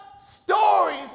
stories